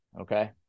Okay